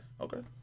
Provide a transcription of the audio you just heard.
Okay